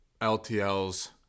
LTLs